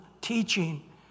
teaching